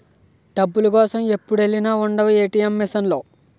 డబ్బుల కోసం ఎప్పుడెల్లినా ఉండవు ఏ.టి.ఎం మిసన్ లో